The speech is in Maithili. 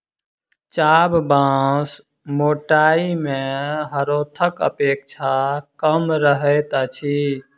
चाभ बाँस मोटाइ मे हरोथक अपेक्षा कम रहैत अछि